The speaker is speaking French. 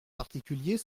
particulier